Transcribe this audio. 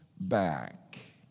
back